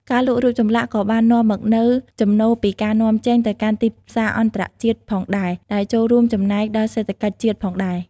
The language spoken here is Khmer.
ការលក់រូបចម្លាក់ក៏បាននាំមកនូវ ចំណូលពីការនាំចេញ ទៅកាន់ទីផ្សារអន្តរជាតិផងដែរ ដែលចូលរួមចំណែកដល់សេដ្ឋកិច្ចជាតិផងដែរ។